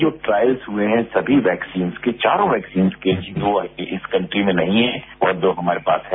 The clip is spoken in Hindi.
जो ट्रायल्स हुए है सभी वैक्सीन की चारों वैक्सीन की जो अमी इस कंट्री में नहीं है और जो हमारे पास है